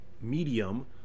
medium